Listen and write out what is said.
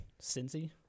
Cincy